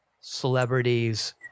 celebrities